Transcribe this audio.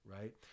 Right